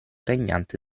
regnante